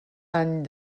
any